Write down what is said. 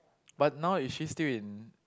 but now is she still in